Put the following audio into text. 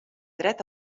dret